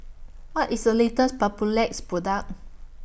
What IS The latest Papulex Product